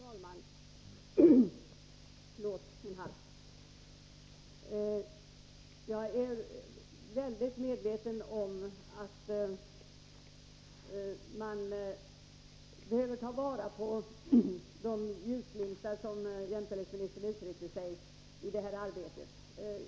Fru talman! Jag är väl medveten om att man behöver ta vara på de, som jämställdhetsministern uttryckte det, ljusglimtar som finns i det här arbetet.